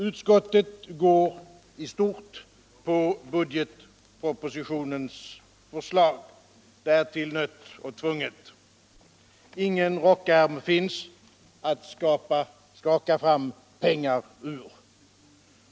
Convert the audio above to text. Utskottet går i stort på budgetpropositionens förslag — därtill nött och tvunget. Ingen rockärm finns att skaka fram pengar ur.